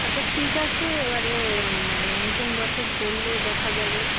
আচ্ছা ঠিক আছে এবারে মানে নতুন বছর পড়লে দেখা যাবেন